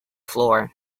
floor